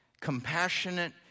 compassionate